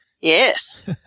Yes